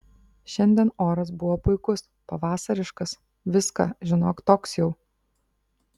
šiandien oras buvo puikus pavasariškas viską žinok toks jau